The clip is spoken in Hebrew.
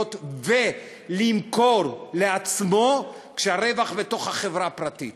ולמכור לעצמו כשהרווח בתוך החברה הפרטית.